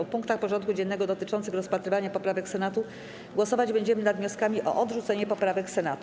W punktach porządku dziennego dotyczących rozpatrywania poprawek Senatu głosować będziemy nad wnioskami o odrzucenie poprawek Senatu.